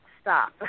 Stop